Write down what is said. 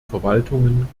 verwaltungen